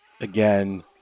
Again